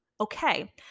okay